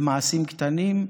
במעשים קטנים,